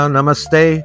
Namaste